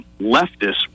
leftists